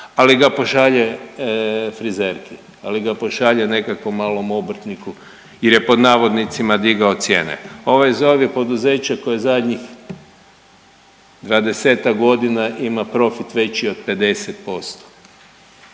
ali ga pošalje frizerki, ali ga pošalje nekakvom malom obrtniku jer je pod navodnicima digao cijene. Ovaj ZOV je poduzeće koje u zadnjih 20-tak godina ima profit veći od 50%,